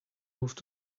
moved